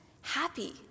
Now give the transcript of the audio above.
happy